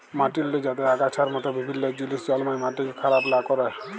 মাটিল্লে যাতে আগাছার মত বিভিল্ল্য জিলিস জল্মায় মাটিকে খারাপ লা ক্যরে